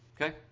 Okay